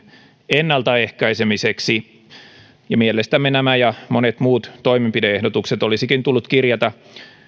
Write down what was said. ennalta ehkäisemiseksi ja mielestämme nämä ja monet muut toimenpide ehdotukset olisikin tullut kirjata